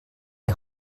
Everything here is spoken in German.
die